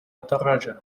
الدراجة